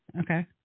Okay